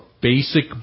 basic